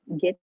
get